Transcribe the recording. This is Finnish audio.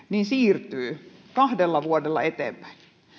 siirtyy kahdella vuodella eteenpäin